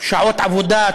שעות עבודה,